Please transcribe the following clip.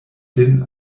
sin